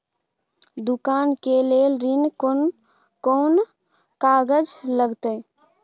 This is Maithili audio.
दुकान के लेल ऋण कोन कौन कागज लगतै?